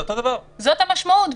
זאת המשמעות.